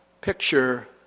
picture